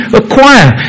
acquire